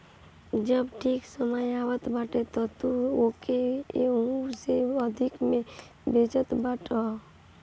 जब ठीक समय आवत बाटे तअ तू ओके एहू से अधिका में बेचत बाटअ